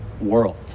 world